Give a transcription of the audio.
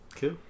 Cool